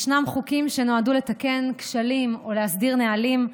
יש חוקים שנועדו לתקן כשלים או להסדיר נהלים,